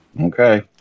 okay